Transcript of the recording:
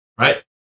right